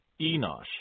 Enosh